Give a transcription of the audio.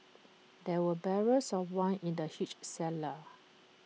there were barrels of wine in the huge cellar